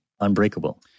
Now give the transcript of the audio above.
unbreakable